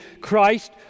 Christ